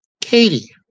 Katie